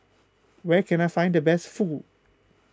where can I find the best Fugu